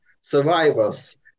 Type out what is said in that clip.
survivors